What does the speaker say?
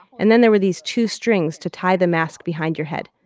and then there were these two strings to tie the mask behind your head.